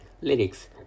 lyrics